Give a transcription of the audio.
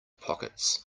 pockets